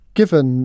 given